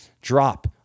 drop